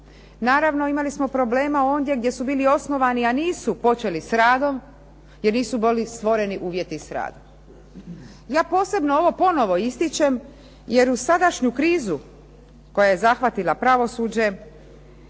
Naravno imali smo problema ondje gdje su bili osnovani, a nisu počeli s radom jer nisu bili stvoreni uvjeti rada. Ja posebno ovo ponovno ističem jer uz sadašnju krizu koja je zahvatila pravosuđe,